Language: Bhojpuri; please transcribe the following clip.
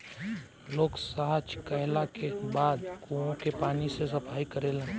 लोग सॉच कैला के बाद कुओं के पानी से सफाई करेलन